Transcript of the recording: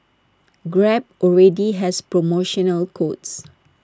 grab already has promotional codes